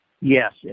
Yes